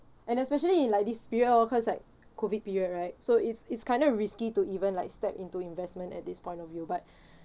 and especially like this period all cause COVID period right so it's it's kind of risky to even like step into investment at this point of view but